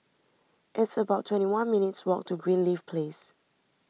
it's about twenty one minutes' walk to Greenleaf Place